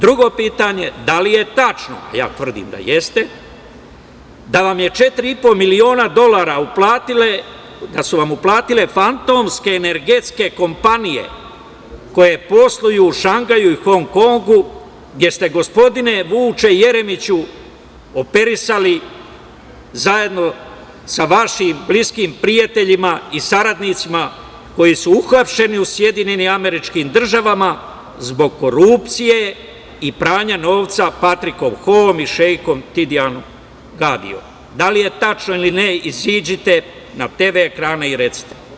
Drugo pitanje, da li je tačno, a ja tvrdim da jeste, da vam je 4,5 miliona dolara da su vam uplatile fantomske energetske kompanije koje posluju u Šangaju i Honkongu, gde ste gospodine Vuče Jeremiću operisali zajedno sa vašim bliskim prijateljima i saradnicima koji su uhapšeni u SAD zbog korupcije i pranja novca Patrikom Hoom i Šeikom Tidian Gađiom, da li je tačno ili ne izađite na TV ekrane i recite.